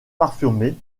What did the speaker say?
parfumées